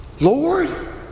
Lord